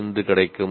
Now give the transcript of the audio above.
5 கிடைக்கும்